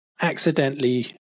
accidentally